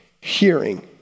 hearing